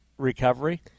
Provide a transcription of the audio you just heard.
Recovery